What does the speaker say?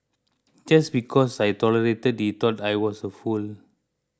just because I tolerated he thought I was a fool